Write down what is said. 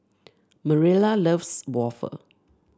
Mariela loves waffle